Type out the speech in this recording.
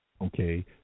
okay